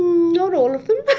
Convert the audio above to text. not all of them. i